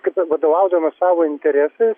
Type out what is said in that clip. kad vadovaudamas savo interesais